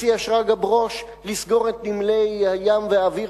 הציע שרגא ברוש לסגור את נמלי הים והאוויר